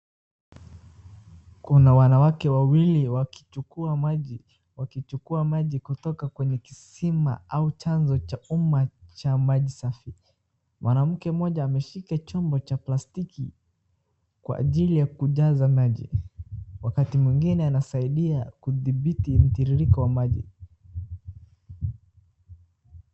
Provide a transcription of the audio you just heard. Kuna wanawake wawili wakichukua maji, wakichukua maji kutoka kwenye kisima au chanzo cha umma cha maji safi. Mwanamke mmoja ameshika chombo cha plastiki kwa ajili ya kujaza maji. Wakati mwingine anasaidia kudhibiti mtiririko wa maji.